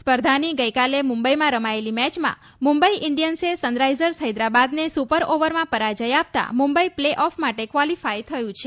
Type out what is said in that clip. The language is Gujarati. સ્પર્ધાની ગઈકાલે મુંબઈમાં રમાયેલી મેચમાં મુંબઈ ઈન્ડિયન્સે સનરાઈઝર્સ હૈદાબાદને સુપર ઓવરમાં પરાજય આપતા મુંબઈ પ્લે ઓફ માટે ક્વોલીફાય થયું છે